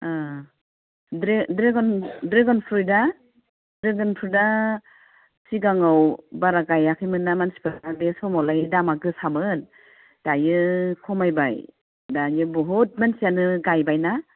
dragon फ्रुइटा dragon फ्रुइटआ सिगाङाव बारा गायाखैमोन ना मानसिफोरा बे समावलाय दामा गोसामोन दायो खमायबाय दानिया बहुद मानसियानो गायबाय ना